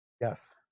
Yes